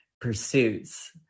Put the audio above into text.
pursuits